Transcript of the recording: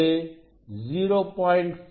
இது 0